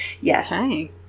Yes